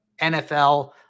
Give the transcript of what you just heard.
NFL